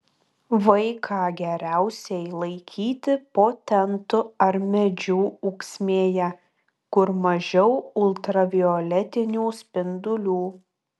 vaiką geriausiai laikyti po tentu ar medžių ūksmėje kur mažiau ultravioletinių spindulių